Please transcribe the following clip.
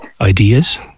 ideas